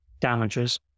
damages